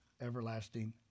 everlasting